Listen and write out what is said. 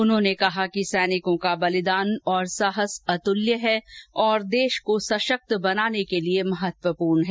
उन्होंने कहा कि सैनिकों का बलिदान और साहस अतुल्य है और देश को सशक्त बनाने के लिए महत्वपूर्ण है